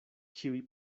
ĉiuj